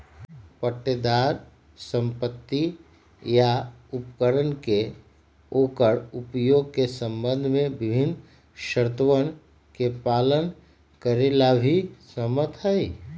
पट्टेदार संपत्ति या उपकरण के ओकर उपयोग के संबंध में विभिन्न शर्तोवन के पालन करे ला भी सहमत हई